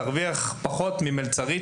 תרוויח פחות ממלצרית,